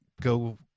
go